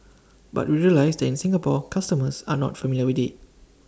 but we realise that in Singapore customers are not familiar with IT